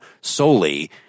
solely